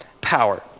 power